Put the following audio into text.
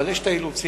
אבל יש את האילוצים.